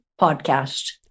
podcast